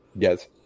Yes